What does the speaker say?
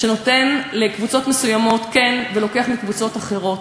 שנותן לקבוצות מסוימות ולוקח מקבוצות אחרות.